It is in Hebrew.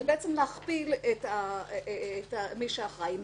זה בעצם להכפיל את מי שאחראי.